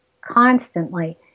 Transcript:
constantly